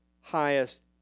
highest